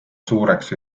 suureks